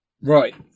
Right